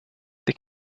they